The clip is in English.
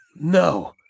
No